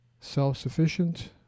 self-sufficient